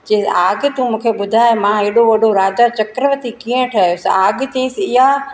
चईंसि आगि तूं मूंखे ॿुधाए मां हेॾो वॾो राजा चक्करवती कीअं ठहियोसि आगि चईंसि इहा